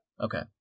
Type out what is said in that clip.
Okay